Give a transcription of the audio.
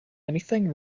anything